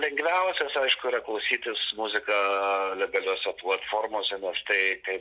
lengviausias aišku yra klausytis muziką legaliose platformose nes štai kai